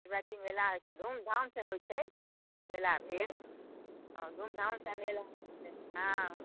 शिवरात्रि मेला होइत छै धूमधाम से होइत छै मेला भेल हँ धूमधाम से मेला भेल हँ